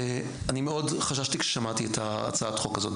אני מאוד חששתי כששמעתי את הצעת החוק הזאת,